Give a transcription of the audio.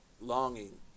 longing